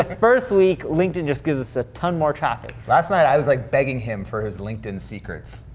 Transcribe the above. first week, linked in just gives us a ton more traffic. last night i was, like, begging him for his linked in secrets.